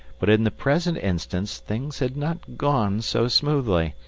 but in the present instance things had not gone so smoothly.